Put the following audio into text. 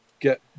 get